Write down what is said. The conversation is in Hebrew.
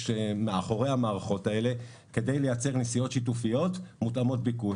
מאחורי המערכת האלה כדי לייצר נסיעות שיתופיות מותאמות ביקוש.